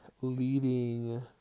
leading